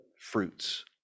fruits